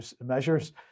measures